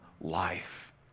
life